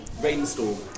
rainstorm